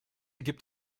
gibt